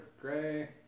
gray